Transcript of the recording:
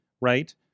Right